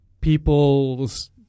people's